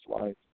life